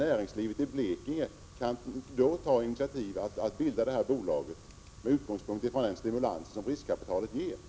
Näringslivet i Blekinge kunde då ta initiativ till att bilda ett bolag med utgångspunkt i den stimulans som riskkapitalet skulle ge.